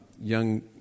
young